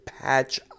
patch